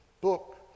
book